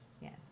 Yes